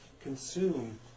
consume